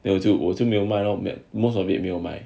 then 我就我就没有 most of it 没有卖